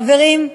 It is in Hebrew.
חברים,